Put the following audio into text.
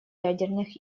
ядерных